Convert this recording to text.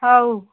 ହଉ